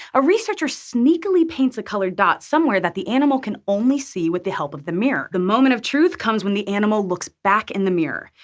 a researcher sneakily paints a colored dot somewhere that the animal can only see with the help of the mirror. the moment of truth comes when the animal looks back in the mirror.